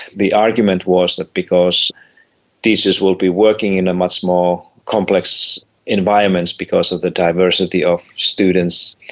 the argument was that because teachers will be working in much more complex environments, because of the diversity of students,